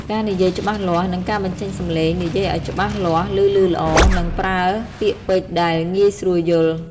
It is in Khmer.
ការនិយាយច្បាស់លាស់ និងការបញ្ចេញសំឡេង និយាយឱ្យច្បាស់លាស់ ឮៗល្អ និងប្រើពាក្យពេចន៍ដែលងាយស្រួលយល់។